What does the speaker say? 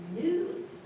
new